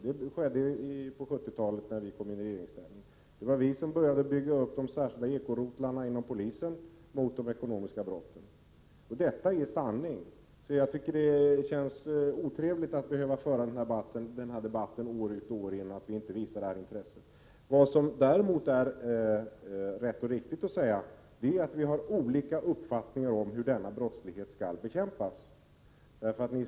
Detta skedde på 1970-talet då vi var i regeringsställning. Det var faktiskt vi som byggde upp särskilda ekorotlar inom polisen mot de ekonomiska brotten. Detta är sanningen. Jag tycker det känns otrevligt att år ut och år in behöva höra att vi inte visar intresse. Vad som däremot är rätt och riktigt att säga är att vi har olika uppfattningar om hur denna brottslighet skall bekämpas.